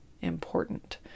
important